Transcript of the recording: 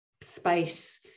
space